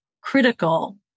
critical